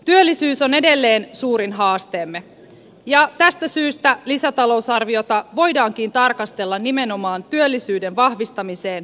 työllisyys on edelleen suurin haasteemme ja tästä syystä lisätalousarviota voidaankin tarkastella nimenomaan työllisyyden vahvistamiseen tähtäävänä kokonaisuutena